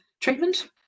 treatment